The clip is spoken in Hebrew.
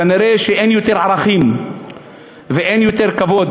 כנראה אין יותר ערכים ואין יותר כבוד.